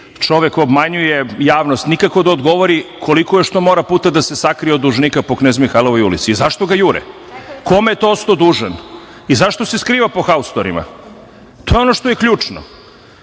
čovek obmanjuje javnost. Nikako da odgovori koliko još to mora puta da se sakrije od dužnika po Knez Mihailovoj ulici i zašto ga jure, kome je to ostao dužan i zašto se skriva po haustorima. To je ono što je ključno. To